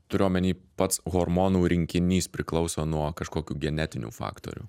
turiu omeny pats hormonų rinkinys priklauso nuo kažkokių genetinių faktorių